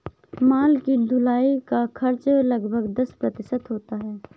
माल की ढुलाई का खर्च लगभग दस प्रतिशत होता है